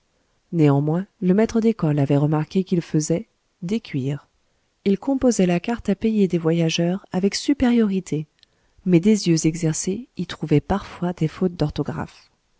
néanmoins le maître d'école avait remarqué qu'il faisait des cuirs il composait la carte à payer des voyageurs avec supériorité mais des yeux exercés y trouvaient parfois des fautes d'orthographe